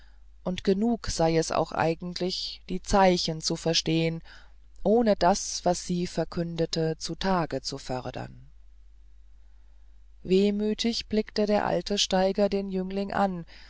und genug sei es auch eigentlich die zeichen zu verstehen ohne das was sie verkündeten zutage zu fördern wehmütig blickte der alte steiger den jüngling an